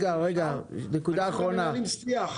אנחנו מנהלים שיח.